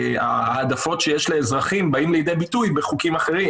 ההעדפות שיש לאזרחים באות לידי ביטוי בחוקים אחרים,